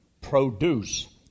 produce